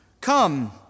come